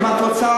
אם את רוצה,